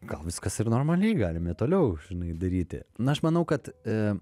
gal viskas ir normaliai galime toliau žinai daryti na aš manau kad